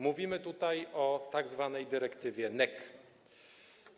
Mówimy tutaj o tzw. dyrektywie NEC.